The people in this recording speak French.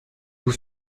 vous